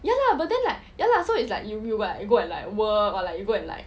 ya lah but then like ya lah so it's like you you would you go and like work or like you go and like